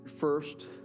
First